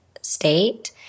state